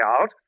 out